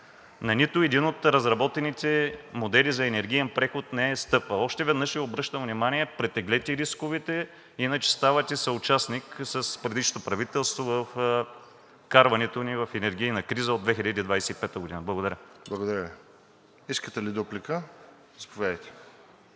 нито един от разработените модели за енергиен преход не е стъпвал. Още веднъж Ви обръщам внимание, претеглете рисковете, иначе ставате съучастник с предишното правителство във вкарването ни в енергийна криза от 2025 г. Благодаря. ПРЕДСЕДАТЕЛ РОСЕН ЖЕЛЯЗКОВ: Благодаря Ви. Искате ли дуплика? Заповядайте.